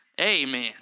amen